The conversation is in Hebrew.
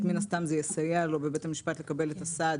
ומן הסתם זה יסייע לו בבית המשפט לקבל את הסעד